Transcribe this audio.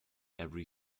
every